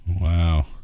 Wow